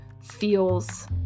feels